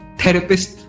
therapist